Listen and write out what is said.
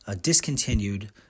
discontinued